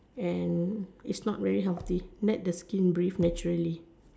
and is not really healthy let the skin breathe naturally